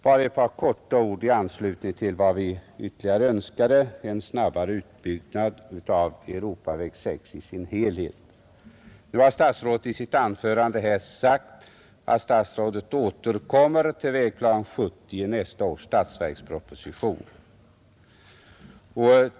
Bara ett par ord i anslutning till vad vi ytterligare yrkar: en snabbare utbyggnad av Europaväg 6 i dess helhet. Statsrådet har i sitt anförande här tidigare i dag sagt att han återkommer till Vägplan 1970 i nästa års statsverksproposition.